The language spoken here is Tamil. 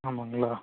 ஆமாங்களா